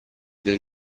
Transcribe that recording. del